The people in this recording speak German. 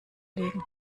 legen